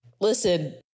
listen